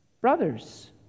Brothers